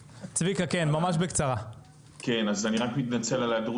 אני רק מתנצל על ההיעדרות של ד"ר עמי אפלבוים בדקה ה-90,